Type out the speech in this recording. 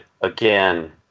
Again